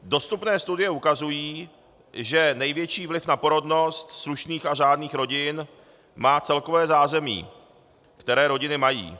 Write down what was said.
Dostupné studie ukazují, že největší vliv na porodnost slušných a řádných rodin má celkové zázemí, které rodiny mají.